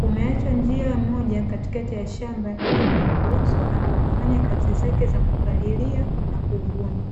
kumeachwa njia moja kati kati ya shamba ili kumruhusu anapofanya kazi zake za kupalilia na kuvuna.